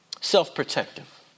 self-protective